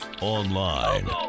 Online